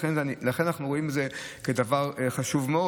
לכן אנחנו רואים את זה כדבר חשוב מאוד.